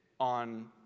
on